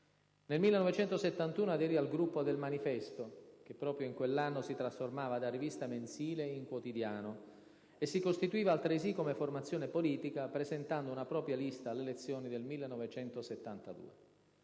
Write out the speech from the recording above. Nel 1971 aderì al gruppo de «il manifesto», che proprio in quell'anno si trasformava da rivista mensile in quotidiano, e si costituiva altresì come formazione politica, presentando una propria lista alle elezioni del 1972.